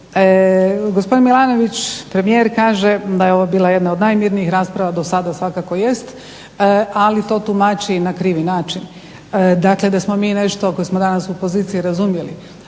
Gospodin Milanović, premijer kaže da je ovo bila jedna od najmirnijih rasprava do sada, svakako jest ali to tumači na krivi način. Dakle, da smo mi nešto ako smo danas u opoziciji razumjeli